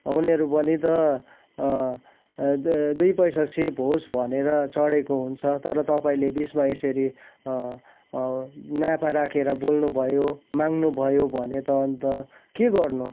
उनीहरू पनि त द दुई पैसा सेभ होस् भनेर चढेको हुन्छ तर तपाईँले बिचमा यसरी नाफा राखेर बोल्नु भयो माँग्नु भयो भने त अन्त के गर्नु